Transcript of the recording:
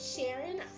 Sharon